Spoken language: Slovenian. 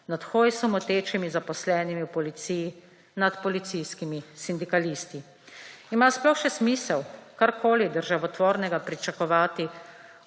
nad Hojsu motečimi zaposlenimi v Policiji, nad policijskimi sindikalisti. Ima sploh še smisel karkoli državotvornega pričakovati